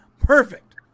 Perfect